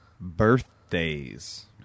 birthdays